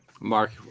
Mark